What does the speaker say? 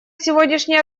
сегодняшние